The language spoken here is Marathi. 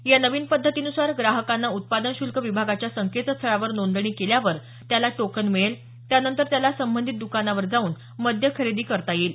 या नवीन पद्धतीनुसार ग्राहकाने उत्पादन शुल्क विभागाच्या संकेतस्थळावर नोंदणी केल्यावर त्याला टोकन मिळेल त्यानंतर त्याला संबंधित दुकानावर जाऊन मद्य खरेदी करता येईल